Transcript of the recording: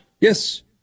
Yes